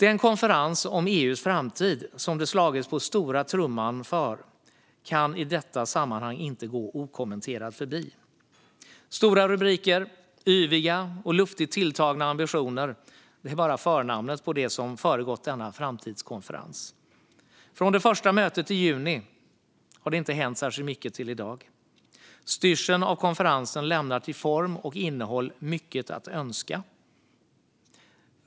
Den konferens om EU:s framtid som det slagits på stora trumman för kan i detta sammanhang inte gå okommenterad förbi. Stora rubriker och yviga och luftigt tilltagna ambitioner är bara förnamnet på det som föregått denna framtidskonferens. Från det första mötet i juni fram till i dag har det inte hänt särskilt mycket. Styrseln av konferensen lämnar till form och innehåll mycket att önska.